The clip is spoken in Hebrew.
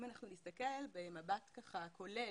אם אנחנו נסתכל במבט כולל